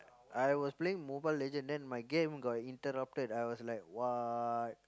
I was playing Mobile-Legend then my game was interrupted then I was like what